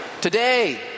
Today